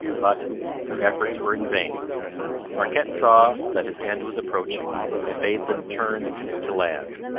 but their efforts were in vain marquette saw that his end was approaching and bade them turn the canoe to land.